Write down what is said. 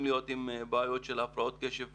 להיות עם בעיות של הפרעות קשב וריכוז,